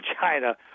China